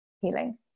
healing